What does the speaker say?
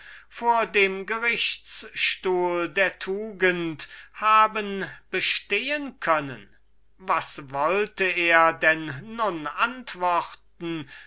vor dem gerichtstuhl der tugend haben bestehen können was wollte er dann nun antworten